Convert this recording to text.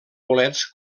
bolets